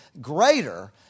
greater